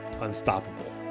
unstoppable